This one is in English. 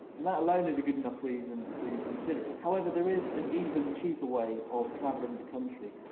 and that alone is a good enough reason to consider it. however there is an even cheaper way of traveling the country.